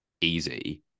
easy